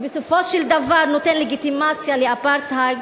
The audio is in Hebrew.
חוק שבסופו של דבר נותן לגיטימציה לאפרטהייד